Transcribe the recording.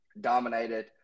dominated